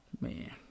Man